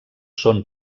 són